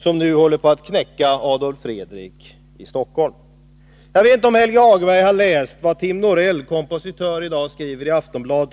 som nu håller på att knäcka Adolf Fredrik i Stockholm. Jag vet inte om Helge Hagberg har läst vad kompositören Tim Norell i dag skriver i Aftonbladet.